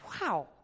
Wow